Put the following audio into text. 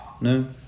No